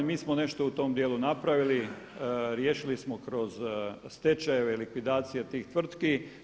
Mi smo nešto u tome dijelu napravili, riješili smo kroz stečajeve, likvidacije tih tvrtki.